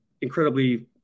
incredibly